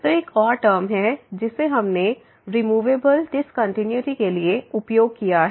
तो एक और टर्म है जिसे हमने रिमूवेबल डिस्कंटीन्यूटी के लिए उपयोग किया है